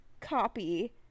copy